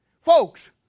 Folks